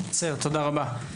תודה רבה.